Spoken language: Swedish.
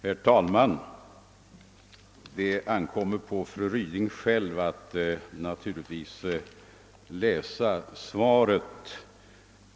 Herr talman! Det ankommer naturligtvis på fru Ryding själv att tolka svaret.